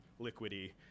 liquidy